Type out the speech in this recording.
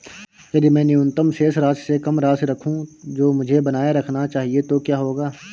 यदि मैं न्यूनतम शेष राशि से कम राशि रखूं जो मुझे बनाए रखना चाहिए तो क्या होगा?